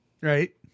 right